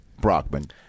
Brockman